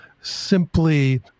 simply